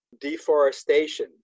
deforestation